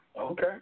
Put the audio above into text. okay